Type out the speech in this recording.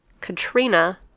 Katrina